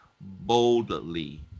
boldly